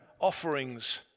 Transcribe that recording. offerings